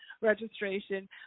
registration